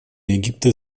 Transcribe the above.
египта